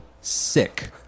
sick